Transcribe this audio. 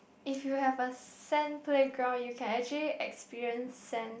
if you have a sand playground you can actually experience sand